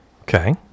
Okay